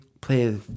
play